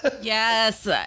Yes